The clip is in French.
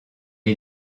est